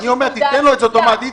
אני אומר: תן לו את זה אוטומטית.